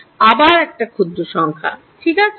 আবার একটা ক্ষুদ্র সংখ্যা ঠিক আছে